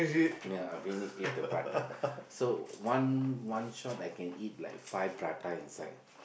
ya I finish eat the prata so one one shot I can eat like five prata inside